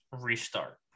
restart